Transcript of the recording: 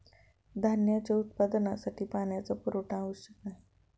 धान्याच्या उत्पादनासाठी पाण्याचा पुरवठा आवश्यक आहे